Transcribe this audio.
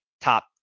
top